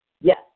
Yes